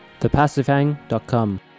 thepassivehang.com